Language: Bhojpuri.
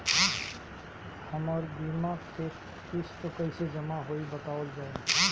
हमर बीमा के किस्त कइसे जमा होई बतावल जाओ?